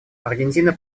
аргентина